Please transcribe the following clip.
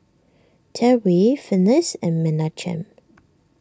Terri Finis and Menachem